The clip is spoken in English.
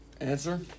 answer